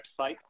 website